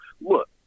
Look